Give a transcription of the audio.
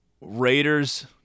Raiders